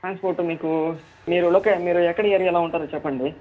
transport మీకు మీరు ఇల్లు ఎక్కడ మీరు ఎక్కడ ఏరియాలో ఉంటారో చెప్పండి